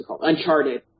Uncharted